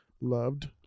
Loved